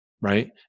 right